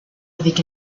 avec